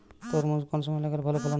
তরমুজ কোন সময় লাগালে ভালো ফলন হয়?